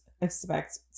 expect